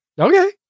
Okay